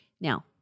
Now